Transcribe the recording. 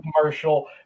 commercial